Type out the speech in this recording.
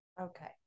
Okay